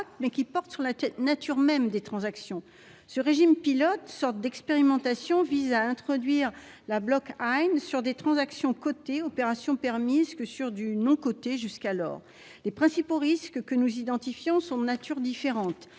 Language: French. mais qui porte sur la nature même des transactions ce régime pilote sorte d'expérimentation vise à introduire la bloque I'm'sur des transactions côté opération permise que sur du non coté jusqu'alors les principaux risques que nous identifions sont de nature différente.